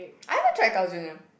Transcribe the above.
I haven't tried Carl's Junior